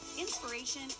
inspiration